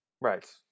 Right